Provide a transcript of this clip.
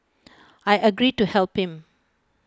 I agreed to help him